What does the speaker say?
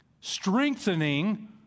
Strengthening